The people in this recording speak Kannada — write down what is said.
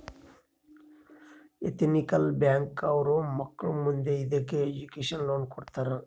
ಎತಿನಿಕಲ್ ಬ್ಯಾಂಕ್ ಅವ್ರು ಮಕ್ಳು ಮುಂದೆ ಇದಕ್ಕೆ ಎಜುಕೇಷನ್ ಲೋನ್ ಕೊಡ್ತಾರ